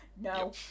No